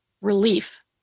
relief